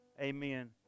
Amen